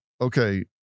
okay